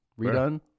redone